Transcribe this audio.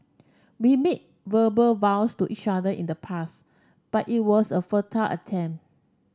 we made verbal vows to each other in the past but it was a futile